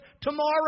tomorrow